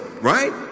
right